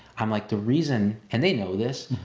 i'm like, the reason, and they know this,